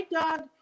dog